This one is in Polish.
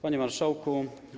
Panie Marszałku!